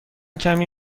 کمی